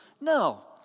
No